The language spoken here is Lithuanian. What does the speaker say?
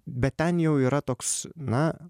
bet ten jau yra toks na